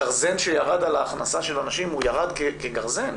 הגרזן שירד על ההכנסה של האנשים ירד כגרזן.